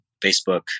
Facebook